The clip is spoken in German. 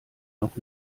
noch